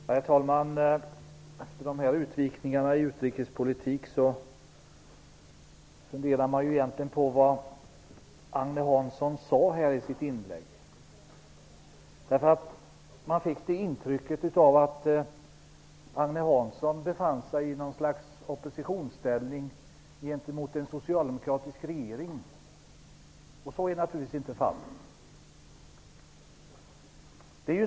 Herr talman! Efter dessa utvikningar i utrikespolitiken funderar jag på vad Agne Hansson egentligen sade i sitt inlägg. Man fick intrycket av att Agne Hansson befann sig i oppositionsställning gentemot en socialdemokratisk regering. Så är naturligtvis inte fallet.